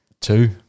two